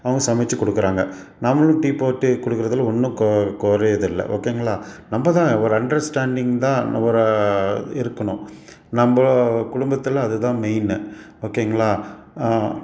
அவங்க சமைத்து கொடுக்குறாங்க நம்மளும் டீ போட்டு கொடுக்குறதுல ஒன்றும் கொ குறையிறதில்ல ஓகேங்களா நம்மதான் ஒரு அண்டர்ஸ்டாண்டிங் தான் ஒரு இருக்கணும் நம்ம குடும்பத்தில் அதுதான் மெயின் ஓகேங்களா